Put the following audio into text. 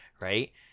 right